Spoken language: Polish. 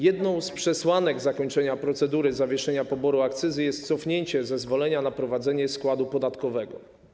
Jedną z przesłanek zakończenia procedury zawieszenia poboru akcyzy jest cofnięcie zezwolenia na prowadzenie składu podatkowego.